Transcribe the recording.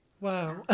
Wow